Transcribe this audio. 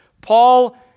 Paul